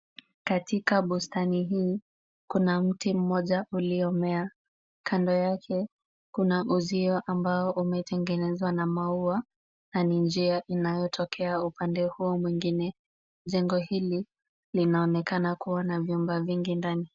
Katika bustani hii kuna mti mmoja uliomea. Kando yake kuna uzio ambao umetengenezwa na maua na ni njia inayotokea upande huo mwingine. Jengo hili linaonekana kuwa na vyumba vingi ndani.